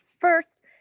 first